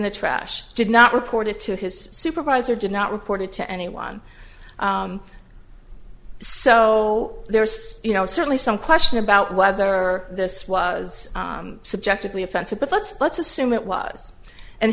the trash did not report it to his supervisor did not report it to anyone so there's certainly some question about whether this was subjectively offensive but let's let's assume it was and